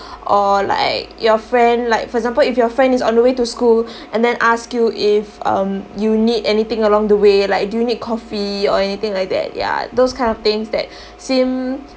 or like your friend like for example if your friend is on the way to school and then ask you if um you need anything along the way like do you need coffee or anything like that ya those kind of things that seem